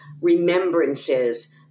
remembrances